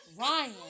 Ryan